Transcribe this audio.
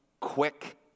quick